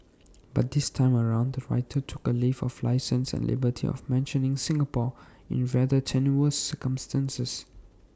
but this time round the writer took A leave of licence and liberty of mentioning Singapore in rather tenuous circumstances